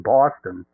Boston